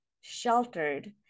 sheltered